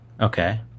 Okay